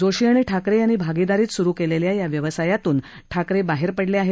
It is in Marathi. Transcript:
जोशी आणि ठाकरे यांनी भागीदारीत सुरू केलेल्या या व्यवसायातून ठाकरे बाहेर पडलेले आहेत